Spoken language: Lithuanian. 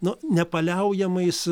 nu nepaliaujamais